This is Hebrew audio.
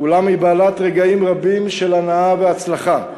אולם בעלת רגעים רבים של הנאה והצלחה.